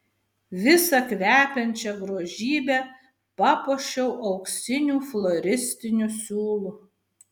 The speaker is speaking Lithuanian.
visą kvepiančią grožybę papuošiau auksiniu floristiniu siūlu